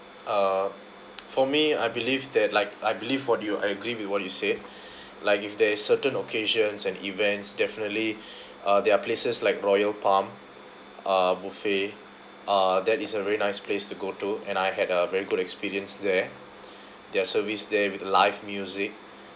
uh for me I believe that like I believe for do you I agree with what you said like if there's certain occasions and events definitely uh there are places like royal palm uh buffet uh that is a very nice place to go to and I had a very good experience there their service there with live music